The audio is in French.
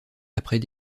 après